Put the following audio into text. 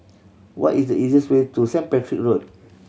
what is easiest way to Saint Patrick Road